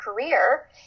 career